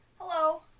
Hello